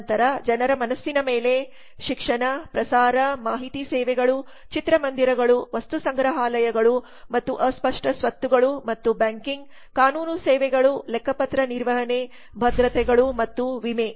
ನಂತರ ಜನರ ಮನಸ್ಸಿನ ಶಿಕ್ಷಣ ಪ್ರಸಾರ ಮಾಹಿತಿ ಸೇವೆಗಳು ಚಿತ್ರಮಂದಿರಗಳು ವಸ್ತುಸಂಗ್ರಹಾಲಯಗಳು ಮತ್ತು ಅಸ್ಪಷ್ಟ ಸ್ವತ್ತುಗಳು ಮತ್ತು ಬ್ಯಾಂಕಿಂಗ್ ಕಾನೂನು ಸೇವೆಗಳು ಲೆಕ್ಕಪತ್ರ ನಿರ್ವಹಣೆ ಭದ್ರತೆಗಳು ಮತ್ತು ವಿಮೆ